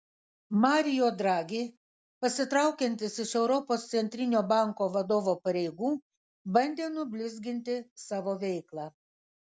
mario draghi pasitraukiantis iš europos centrinio banko vadovo pareigų bandė nublizginti savo veiklą